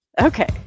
Okay